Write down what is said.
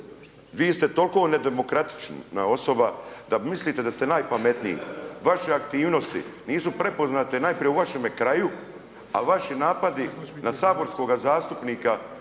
Vi ste toliko nedemokratična osoba da mislite da ste najpametniji, vaše aktivnosti nisu prepoznate najprije u vašem kraju, a vaši napadi na saborskoga zastupnika